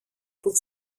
που